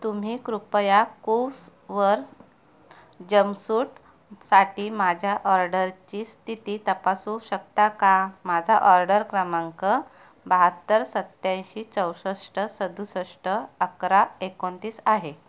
तुम्ही कृपया कूव्सवर जमसूटसाठी माझ्या ऑर्डरची स्थिती तपासू शकता का माझा ऑर्डर क्रमांक बहात्तर सत्याऐंशी चौसष्ट सदुसष्ट अकरा एकोणतीस आहे